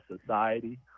society